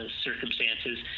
circumstances